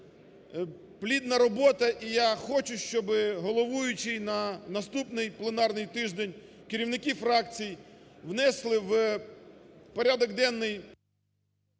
плідна робота. І я хочу, щоб головуючий на наступний пленарний тиждень, керівники фракцій внесли в прядок денний…